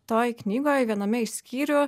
toj knygoj viename iš skyrių